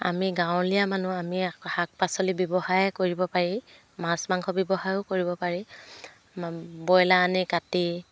আমি গাঁৱলীয়া মানুহ আমি শাক পাচলি ব্যৱসায় কৰিব পাৰি মাছ মাংস ব্যৱসায়ো কৰিব পাৰি ম ব্ৰইলাৰ আনি কাটি